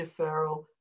deferral